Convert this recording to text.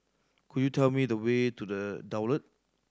could you tell me the way to The Daulat